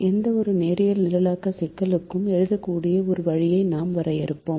எந்தவொரு நேரியல் நிரலாக்க சிக்கலுக்கும் எழுதக்கூடிய ஒரு வழியை நாம் வரையறுப்போம்